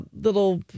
little